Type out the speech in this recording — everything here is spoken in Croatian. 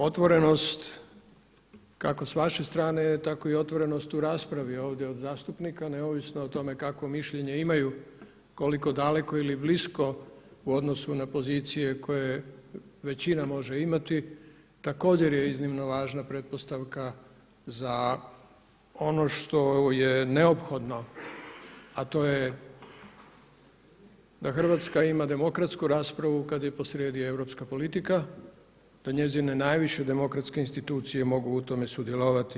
Otvorenost kako s vaše strane tako i otvorenost u raspravi ovdje od zastupnika neovisno o tome kakvo mišljenje imaju, koliko daleko ili blisko u odnosu na pozicije koje većina može imati također je iznimno važna pretpostavka za ono što je neophodno, a to je da Hrvatska ima demokratsku raspravu kad je posrijedi europska politike, da njezine najviše demokratske institucije mogu u tome sudjelovati.